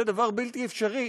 זה דבר בלתי אפשרי.